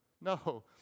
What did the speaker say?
no